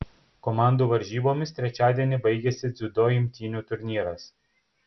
komandų varžybomis trečiadienį baigiasi dziudo imtynių turnyras